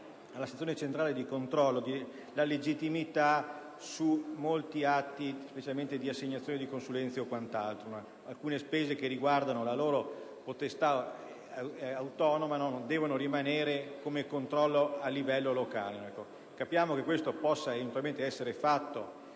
alla sezione centrale il controllo di legittimità su molti atti, specialmente di assegnazione di consulenze e quant'altro. Alcune spese che riguardano la loro potestà autonoma devono rimanere nell'ambito del controllo esercitato a livello locale. Capiamo che questo possa eventualmente